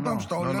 כל פעם שאתה עולה,